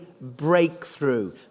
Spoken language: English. breakthrough